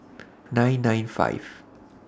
nine nine five